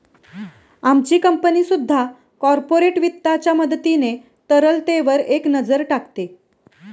आमची कंपनी सुद्धा कॉर्पोरेट वित्ताच्या मदतीने तरलतेवर एक नजर टाकते